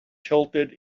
tilted